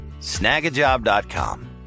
snagajob.com